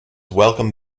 welcome